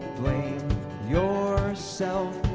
blame yourself